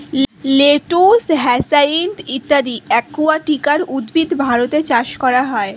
lettuce, hyacinth ইত্যাদি aquatic উদ্ভিদ ভারতে চাষ করা হয়